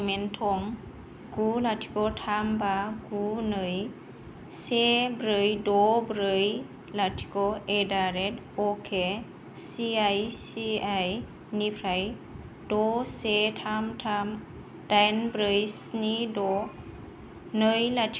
आंनि भारसुुयेल पेमेन्ट थं गु लाथिख' थाम बा गु नै से ब्रै द' ब्रै लाथिख' एट दा रेद अके I C I C I निफ्राय द' से थाम थाम दाइन ब्रै स्नि द'